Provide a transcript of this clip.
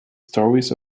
stories